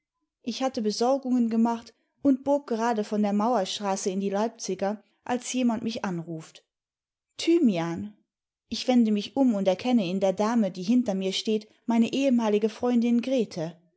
ich hatte besorgungen gemacht und bog gerade von der mauerstraße in die leipziger als jemand mich anruft thymian i ich wende mich um und erkenne in der dame die hinter mir steht meine ehemalige freundin grete